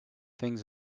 things